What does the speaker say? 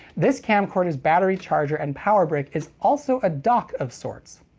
this camcorder's battery charger and power brick is also a dock of sorts.